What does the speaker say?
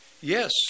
Yes